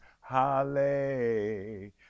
Hallelujah